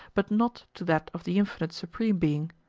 but not to that of the infinite supreme being,